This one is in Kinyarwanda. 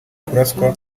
kuraswa